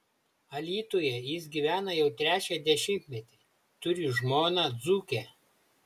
alytuje jis gyvena jau trečią dešimtmetį turi žmoną dzūkę